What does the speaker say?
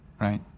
Right